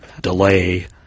DeLay